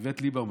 איווט ליברמן,